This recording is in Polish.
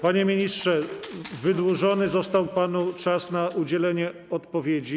Panie ministrze, wydłużony został panu czas na udzielenie odpowiedzi.